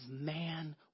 man